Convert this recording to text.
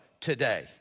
today